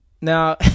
Now